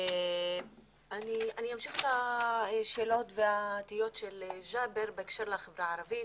אני אמשיך בשאלות בהקשר לחברה הערבית.